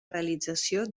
realització